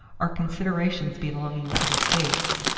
are considerations belonging to the states.